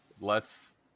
lets